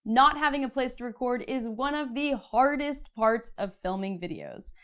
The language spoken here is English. not having a place to record is one of the hardest parts of filming videos.